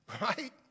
Right